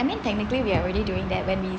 I mean technically we are already during that when we